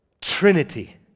Trinity